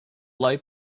low